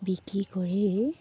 বিক্ৰী কৰি